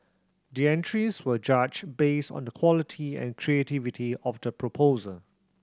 the entries were judged based on the quality and creativity of the proposal